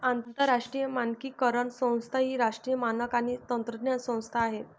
आंतरराष्ट्रीय मानकीकरण संस्था ही राष्ट्रीय मानक आणि तंत्रज्ञान संस्था आहे